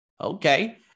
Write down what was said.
okay